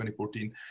2014